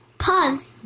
Pause